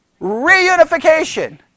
reunification